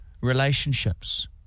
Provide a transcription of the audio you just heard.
relationships